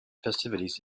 festivities